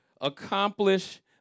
accomplish